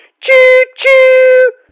Choo-choo